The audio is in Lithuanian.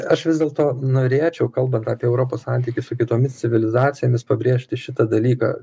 aš vis dėlto norėčiau kalbant apie europos santykį su kitomis civilizacijomis pabrėžti šitą dalyką